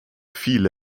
viele